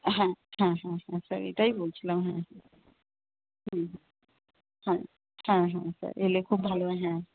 হ্যাঁ হ্যাঁ হ্যাঁ হ্যাঁ স্যার এটাই বলছিলাম হ্যাঁ হুম হ্যাঁ হ্যাঁ হ্যাঁ স্যার এলে খুব ভালো হয় হ্যাঁ